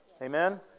Amen